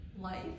life